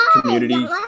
community